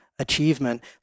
achievement